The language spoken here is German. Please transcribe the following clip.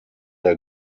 der